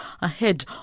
ahead